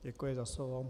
Děkuji za slovo.